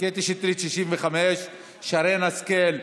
קטי שטרית, 65, שרן השכל,